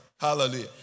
Hallelujah